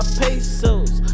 pesos